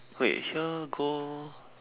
wait here go